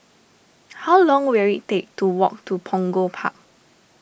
how long will it take to walk to Punggol Park